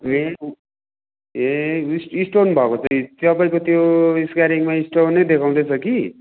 ए उ ए उएस स्टोन भएको तपाईँको त्यो स्क्यानिङमा स्टोनै देखाउँदैछ कि